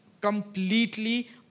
completely